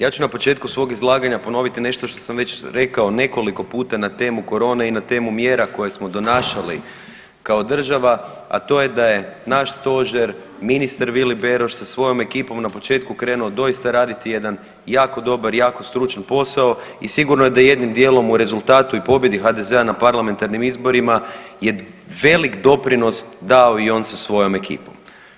Ja ću na početku svog izlaganja ponoviti nešto što sam već rekao nekoliko puta na temu korone i na temu mjera koje smo donašali kao država, a to je da je naš Stožer, ministar Vili Beroš sa svojom ekipom na početku krenuo doista raditi jedan jako dobar i jako stručan posao i sigurno da je jednim dijelom i rezultatu i pobjedi HDZ-a na parlamentarnim izborima je velik doprinos dao i on sa svojom ekipom.